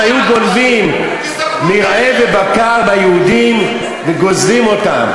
שהיו גונבים מרעה ובקר ליהודים וגוזלים אותם,